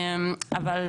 אבל,